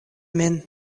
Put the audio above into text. min